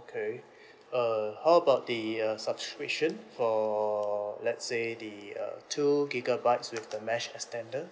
okay err how about the uh subscription for let's say the uh two gigabytes with the mesh extender